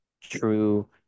true